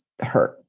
hurt